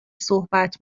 صحبت